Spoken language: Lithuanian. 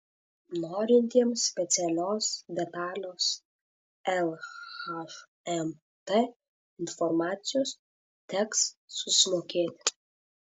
norintiems specialios detalios lhmt informacijos teks susimokėti